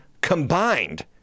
combined